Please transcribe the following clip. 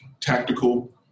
tactical